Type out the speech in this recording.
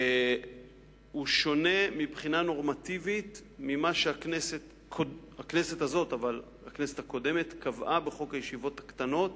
הוא שונה מבחינה נורמטיבית ממה שהכנסת הקודמת קבעה בחוק הישיבות הקטנות